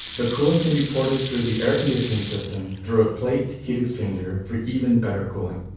the coolant can be ported through the air conditioning system through plate heat exchangers for even better cooling.